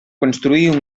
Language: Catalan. construir